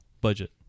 budget